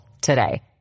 today